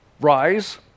rise